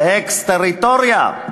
לאקסטריטוריה.